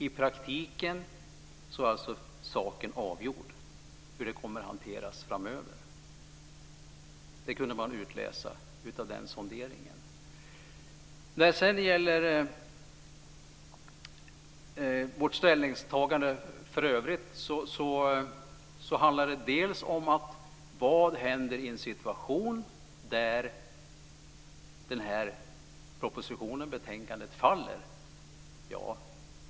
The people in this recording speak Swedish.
I praktiken var det alltså avgjort hur saken skulle komma att hanteras framöver. Det kunde man utläsa av den sonderingen. När det gäller vårt ställningstagande i övrigt handlar det om vad som händer i en situation där den här propositionen faller.